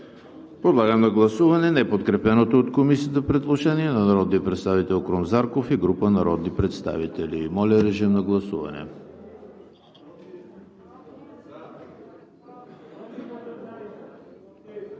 Подлагам на гласуване неподкрепеното от Комисията предложение на народния представител Антон Кутев и група народни представители. Гласували